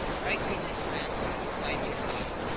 but i quitted france five years ago,